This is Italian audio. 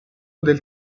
del